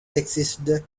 existed